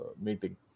meeting